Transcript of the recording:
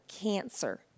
cancer